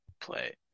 play